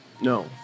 No